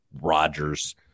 Rodgers